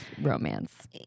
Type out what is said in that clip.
Romance